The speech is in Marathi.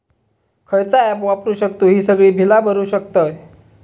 खयचा ऍप वापरू शकतू ही सगळी बीला भरु शकतय?